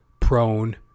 prone